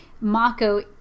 Mako